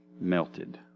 melted